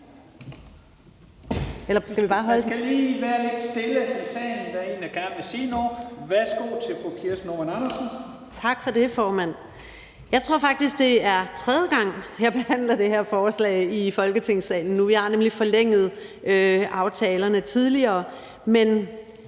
Jeg tror faktisk, det er tredje gang, jeg behandler det her forslag i Folketingssalen – vi har nemlig forlænget aftalerne tidligere